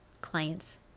clients